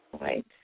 Right